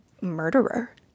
murderer